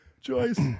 Joyce